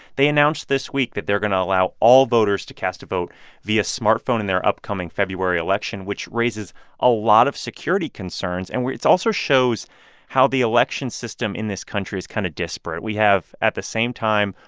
they announced this week that they're going to allow all voters to cast a vote via smartphone in their upcoming february election, which raises a lot of security concerns and it also shows how the election system in this country is kind of disparate. we have, at the same time,